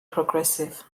progressive